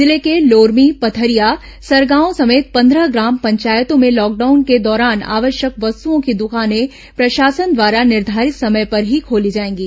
जिले के लोरमी पथरिया सरगांव समेत पंद्रह ग्राम पंचायतों में लॉकडाउन के दौरान आवश्यक वस्तुओं की दुकानें प्रशासन द्वारा निर्धारित समय पर ही खोली जाएंगी